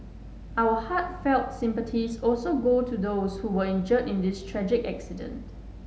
our heartfelt sympathies also go to those who were injured in this tragic accident